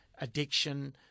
addiction